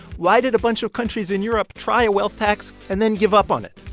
why did a bunch of countries in europe try a wealth tax and then give up on it?